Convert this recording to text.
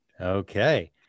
Okay